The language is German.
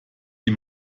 die